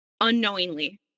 unknowingly